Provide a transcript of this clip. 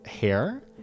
hair